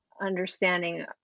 understanding